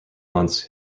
months